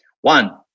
One